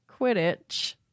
Quidditch